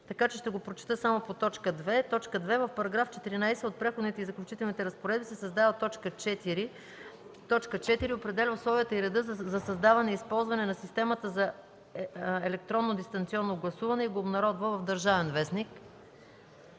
Ще го прочета само по т. 2: „2. В § 14 от Преходните и заключителни разпоредби се създава в т. 4: „4. определя условията и реда за създаване и използване на системата за електронно дистанционно гласуване и го обнародва в „Държавен вестник”.